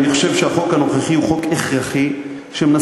אני חושב שהחוק הנוכחי הוא חוק הכרחי,